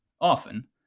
often